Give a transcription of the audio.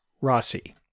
rossi